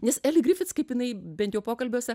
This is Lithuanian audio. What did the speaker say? nes eli grifits bent jau pokalbiuose